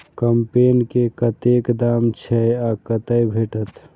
कम्पेन के कतेक दाम छै आ कतय भेटत?